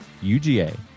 UGA